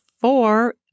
four